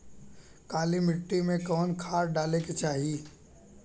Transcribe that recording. काली मिट्टी में कवन खाद डाले के चाही?